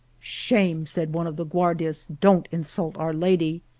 shame! said one of the guardias. don't insult our lady!